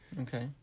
okay